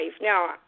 Now